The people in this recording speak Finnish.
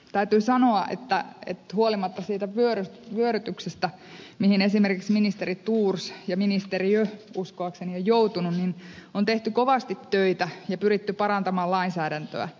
täytyy sanoa että huolimatta siitä vyörytyksestä mihin esimerkiksi ministeri thors ja ministeriö uskoakseni on joutunut on tehty kovasti töitä ja pyritty parantamaan lainsäädäntöä